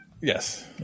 Yes